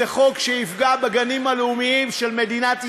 זה חוק שיפגע בגנים הלאומיים של מדינת ישראל.